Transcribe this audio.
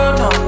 no